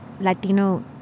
Latino